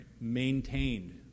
Maintained